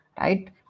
right